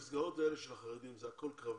המסגרות האלה של החרדים, כולם משרתים בקרבי?